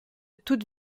toute